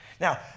Now